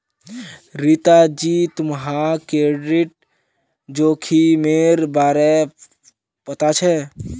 रीता जी, तुम्हाक क्रेडिट जोखिमेर बारे पता छे?